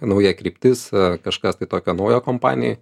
nauja kryptis kažkas tai tokio naujo kompanijoj